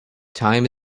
time